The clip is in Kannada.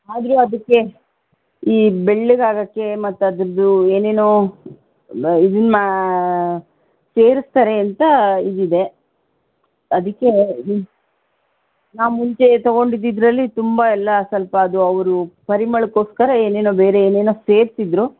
ಆದರೂ ಅದಕ್ಕೆ ಈ ಬೆಳ್ಳಗಾಗಕ್ಕೆ ಮತ್ತು ಅದರದ್ದು ಏನೇನೋ ಮ ಇದನ್ನಾ ಸೇರಿಸ್ತಾರೆ ಅಂತ ಇದು ಇದೆ ಅದಕ್ಕೆ ನಾವು ಮುಂಚೆ ತೊಗೊಂಡಿದ್ದಿದ್ರಲ್ಲಿ ತುಂಬ ಎಲ್ಲ ಸ್ವಲ್ಪ ಅದು ಅವರು ಪರಿಮಳಕ್ಕೋಸ್ಕರ ಏನೇನೋ ಬೇರೆ ಏನೇನೋ ಸೇರಿಸಿದ್ರು